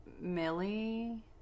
Millie